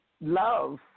love